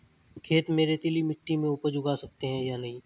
खेत में रेतीली मिटी में उपज उगा सकते हैं या नहीं?